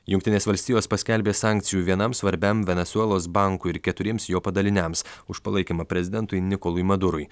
jungtinės valstijos paskelbė sankcijų vienam svarbiam venesuelos bankui ir keturiems jo padaliniams už palaikymą prezidentui nikolui madurui